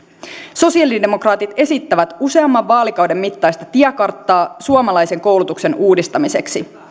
sosiaalidemokraatit esittävät useamman vaalikauden mittaista tiekarttaa suomalaisen koulutuksen uudistamiseksi